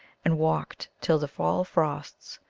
and walked till the fall frosts,